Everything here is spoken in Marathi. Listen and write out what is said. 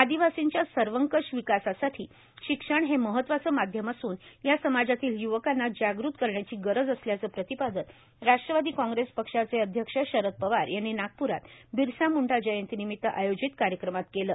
आदिवासींच्या सर्वकष विकासासाठी शिक्षण हे महत्त्वाचं माध्यम असून या समाजातील य्वकांना जाग़त करण्याची गरज असल्याचं प्रतिपादन राष्ट्रवादी काँग्रेस पक्षाचे अध्यक्ष शरद पवार यांनी नागप्रात बिरसा मूंडा जयंतीनिमित्त आयोजित कार्यक्रमात केले